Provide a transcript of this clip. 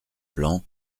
plan